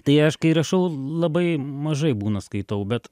tai aš kai rašau labai mažai būna skaitau bet